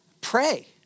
pray